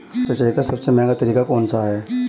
सिंचाई का सबसे महंगा तरीका कौन सा है?